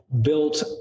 built